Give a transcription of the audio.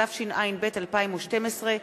התשע"ב 2012,